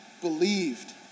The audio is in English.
believed